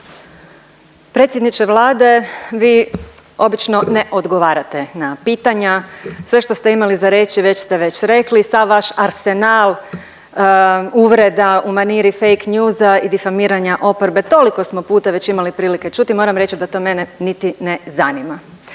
Predsjedniče Vlade, vi obično ne odgovarate na pitanja. Sve što ste imali za reći već ste već rekli, sav vaš arsenal uvreda u maniri fake newsa i difamiranja oporbe. Toliko smo puta već imali prilike čuti, moram reći da to mene niti ne zanima.